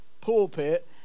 pulpit